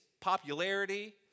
popularity